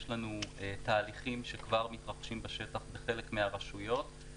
יש לנו תהליכים שכבר מתרחשים בשטח בחלק מהרשויות.